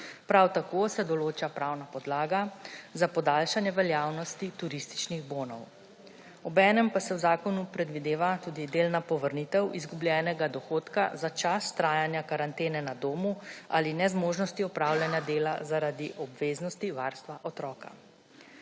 Prav tako se določa pravna podlaga za podaljšanje veljavnosti turističnih bonov. Obenem pa se v zakonu predvideva tudi delna povrnitev izgubljenega dohodka za čas trajanja karantene na domu ali nezmožnosti opravljanja dela zaradi obveznosti varstva otroka.